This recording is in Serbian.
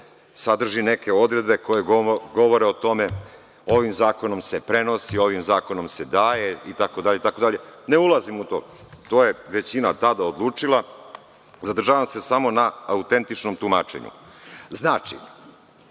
sadrži odredbe koje govore o tome, ovim zakonom se prenosi, ovim zakonom se daje i tako dalje. Ne ulazim u to, to je većina tada odlučila, zadržavam se samo na autentičnom tumačenju. Znači,